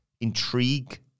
intrigue